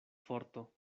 forto